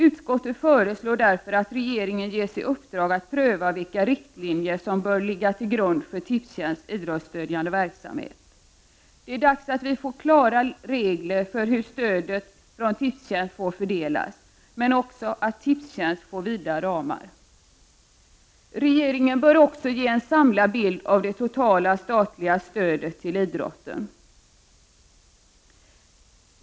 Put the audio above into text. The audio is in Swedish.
Utskottet föreslår därför att regeringen ges i uppdrag att pröva vilka riktlinjer som bör ligga till grund för Tipstjänsts idrottsstödjande verksamhet. Det är dags att införa klara regler för hur stödet från Tipstjänst skall fördelas men också att ge Tipstjänst vida ramar. Regeringen bör också ge en samlad bild av det totala statliga stödet till idrotten.